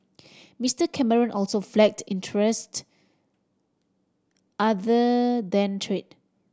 Mister Cameron also flagged interest other than trade